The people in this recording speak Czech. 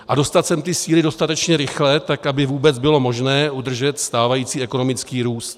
A dostat sem ty síly dostatečně rychle, tak aby vůbec bylo možné udržet stávající ekonomický růst.